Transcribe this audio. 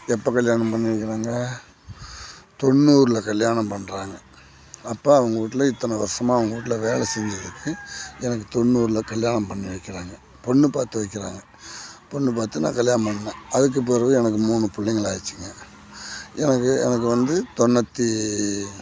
எப்போ கல்யாணம் பண்ணி வைக்கிறாங்க தொண்ணூறில் கல்யாணம் பண்ணுறாங்க அப்போ அவங்க வீட்ல இத்தனை வருஷமா அவங்க வீட்ல வேலை செஞ்சதுக்கு எனக்கு தொண்ணூறில் கல்யாணம் பண்ணி வைக்கிறாங்க பொண்ணு பார்த்து வைக்கிறாங்க பொண்ணு பார்த்து நான் கல்யாணம் பண்ணிணேன் அதுக்கு பிறவு எனக்கு மூணு பிள்ளைங்களாச்சிங்க எனக்கு எனக்கு வந்து தொண்ணூற்றி